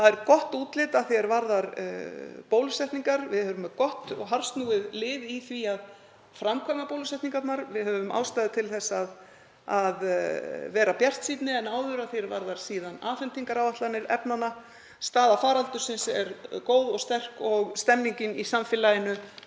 Það er gott útlit að því er varðar bólusetningar. Við erum með gott og harðsnúið lið í því að framkvæma bólusetningarnar. Við höfum ástæðu til að vera bjartsýnni en áður að því er varðar afhendingaráætlanir efnanna. Staða faraldursins er góð og sterk og stemningin í samfélaginu